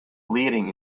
leading